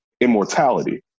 immortality